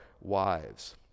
wives